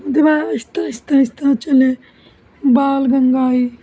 ओहदे बाद आस्ता आस्ता चले बाण गगां आई